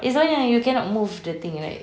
it's the one yang you cannot move the thing right